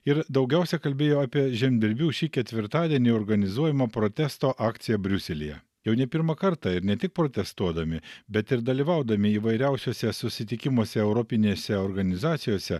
ir daugiausia kalbėjo apie žemdirbių šį ketvirtadienį organizuojamą protesto akciją briuselyje jau ne pirmą kartą ir ne tik protestuodami bet ir dalyvaudami įvairiausiuose susitikimuose europinėse organizacijose